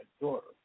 daughter